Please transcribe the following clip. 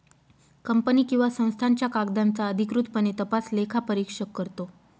company किंवा संस्थांच्या कागदांचा अधिकृतपणे तपास लेखापरीक्षक करतो